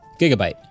Gigabyte